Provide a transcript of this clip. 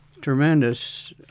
tremendous